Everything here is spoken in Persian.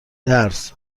درس